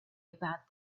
about